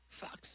Fox